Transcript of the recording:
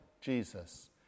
Jesus